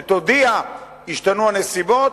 שתודיע: השתנו הנסיבות,